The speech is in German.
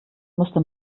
musste